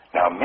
Now